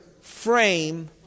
frame